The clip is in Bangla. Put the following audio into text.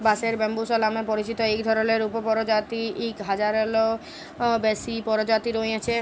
বাঁশের ব্যম্বুসা লামে পরিচিত ইক ধরলের উপপরজাতির ইক হাজারলেরও বেশি পরজাতি রঁয়েছে